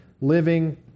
living